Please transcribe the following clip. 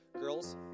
girls